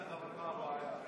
פעם ראשונה.